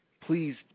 please